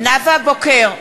בוקר,